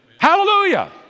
Hallelujah